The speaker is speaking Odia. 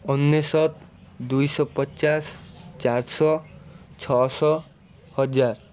ଅନେଶତ ଦୁଇଶହପଚାଶ ଚାରଶହ ଛଅଶହ ହଜାର